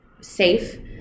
safe